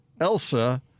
Elsa